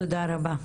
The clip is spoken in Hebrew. תודה רבה.